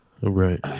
right